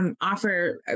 offer